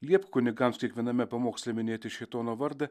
liepk kunigams kiekviename pamoksle minėti šėtono vardą